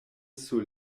sur